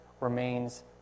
remains